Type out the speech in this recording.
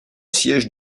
siège